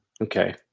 okay